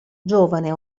giovane